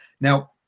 Now